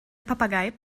papagei